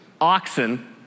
oxen